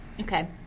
Okay